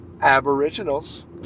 Aboriginals